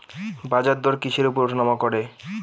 বাজারদর কিসের উপর উঠানামা করে?